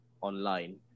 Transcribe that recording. online